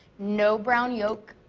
no brown yolk.